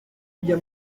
kujya